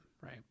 right